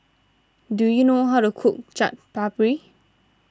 do you know how to cook Chaat Papri